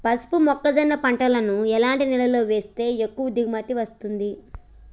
పసుపు మొక్క జొన్న పంటలను ఎలాంటి నేలలో వేస్తే ఎక్కువ దిగుమతి వస్తుంది?